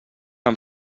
amb